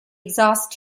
exhaust